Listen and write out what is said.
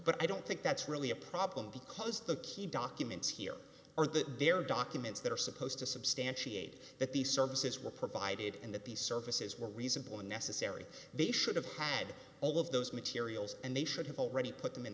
but i don't think that's really a problem because the key documents here are that there are documents that are supposed to substantiate that these services were provided and that these services were reasonable or necessary they should have had all of those materials and they should have already put them in